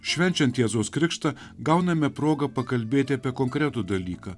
švenčiant jėzaus krikštą gauname progą pakalbėti apie konkretų dalyką